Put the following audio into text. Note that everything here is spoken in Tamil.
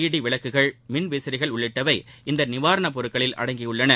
இடி விளக்குகள் மின் விசிறிகள் உள்ளிட்டவை இந்த நிவாரணப் பொருட்களில் அடங்கியுள்ளன